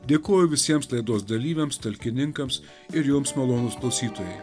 dėkoju visiems laidos dalyviams talkininkams ir jums malonūs klausytojai